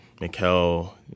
Mikel